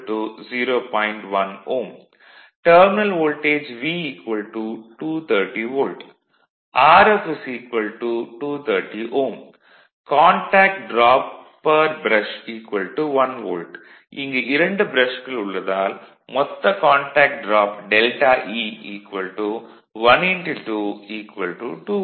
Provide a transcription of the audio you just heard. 1 Ω terminal voltage V 230 volt Rf 230 Ω contact drop per brush 1 volt இங்கு 2 ப்ரஷ்கள் உள்ளதால் மொத்த கான்டாக்ட் டிராப் Δe 12 2 வோல்ட்